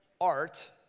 art